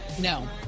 No